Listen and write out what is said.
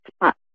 spot